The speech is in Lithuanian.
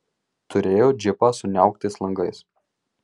turėjo džipą su niauktais langais